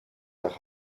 nach